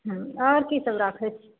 ह्म्म आओर कीसभ राखै छी